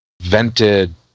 vented